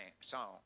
song